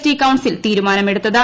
T council തീരുമാനമെടുത്തത്